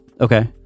Okay